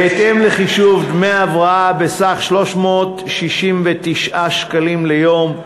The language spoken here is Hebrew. בהתאם לחישוב דמי הבראה בסך 369 שקלים ליום,